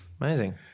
Amazing